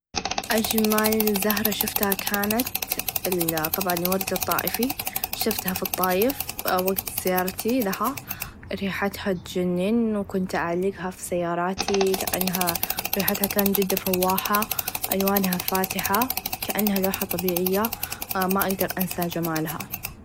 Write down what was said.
أجمل زهره شفته كانت طبعا الورد الطائفي شفتها في الطايف وقت زيارتي لها ريحتها تچنن و كنت أعلقها في سياراتي لأنها ريحتها كان چدا فواحه ألوانها فاتحه كأنها لوحه طبيعيه ما أقدر أنسى چمالها.